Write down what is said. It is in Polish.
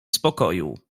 spokoju